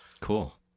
cool